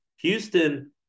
Houston